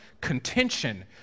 contention